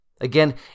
Again